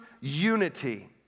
unity